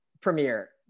premiere